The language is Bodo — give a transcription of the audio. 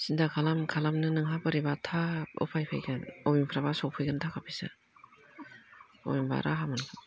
सिनथा खालाम खालामनो नोंहा बोरैबा थाब उफाय फैगोन बबेनिफ्रायबा सफैगोन थाखा फैसा बबेनिबा राहा मोनगोन